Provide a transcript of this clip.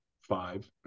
five